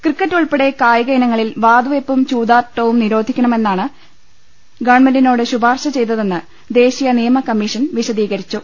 cricket ഉൾപ്പെടെ കായിക ഇനങ്ങളിൽ വാതുവെപ്പും ചൂതാട്ടവും നിരോധിക്കണമെന്നാണ് ഗവൺമെന്റിനോട് ശുപാർശ ചെയ്തതെന്ന് ദേശീയ നിയമ കമ്മീഷൻ വിശ ദീകരിച്ചു